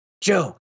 Joe